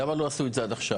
למה לא עשו את זה עד עכשיו?